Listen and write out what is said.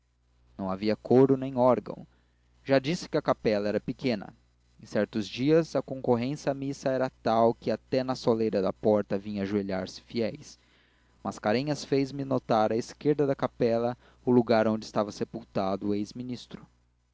não havia coro nem orgão já disse que a capela era pequena em certos dias a concorrência à missa era tal que até na soleira da porta vinham ajoelhar-se fiéis mascarenhas faz-me notar à esquerda da capela o lagar em que estava sepultado o ex ministro